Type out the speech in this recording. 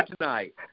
tonight